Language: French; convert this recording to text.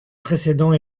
précédents